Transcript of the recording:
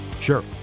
Sure